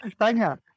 Tanya